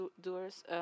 doers